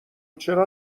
چرا